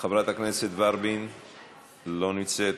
חברת הכנסת ורבין לא נמצאת,